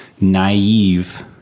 naive